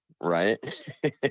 Right